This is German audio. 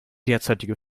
derzeitige